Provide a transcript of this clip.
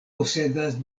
posedas